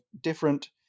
different